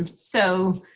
um so